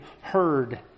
heard